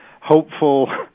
hopeful